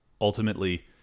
ultimately